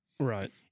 Right